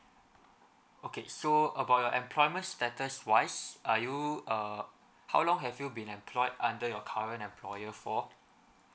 okay so about the employment status wise are you err how long have you been employed under your current employer for